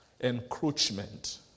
encroachment